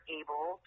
able